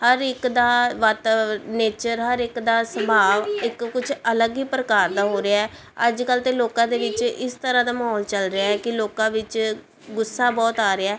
ਹਰ ਇੱਕ ਦਾ ਵਾਤਾ ਨੇਚਰ ਹਰ ਇੱਕ ਦਾ ਸੁਭਾਅ ਇੱਕ ਕੁਝ ਅਲੱਗ ਹੀ ਪ੍ਰਕਾਰ ਦਾ ਹੋ ਰਿਹਾ ਹੈ ਅੱਜ ਕੱਲ ਤਾਂ ਲੋਕਾਂ ਦੇ ਵਿੱਚ ਇਸ ਤਰ੍ਹਾਂ ਦਾ ਮਾਹੌਲ ਚੱਲ ਰਿਹਾ ਕਿ ਲੋਕਾਂ ਵਿੱਚ ਗੁੱਸਾ ਬਹੁਤ ਆ ਰਿਹਾ